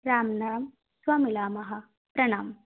राम राम् श्वः मिलामः प्रणामः